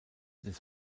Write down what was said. des